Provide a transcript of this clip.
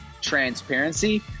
transparency